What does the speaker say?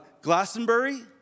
Glastonbury